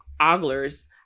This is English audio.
oglers